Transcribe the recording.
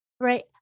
Right